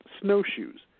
snowshoes